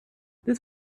this